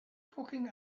cooking